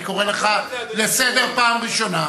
אני קורא אותך לסדר פעם ראשונה.